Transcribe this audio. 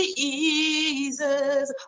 jesus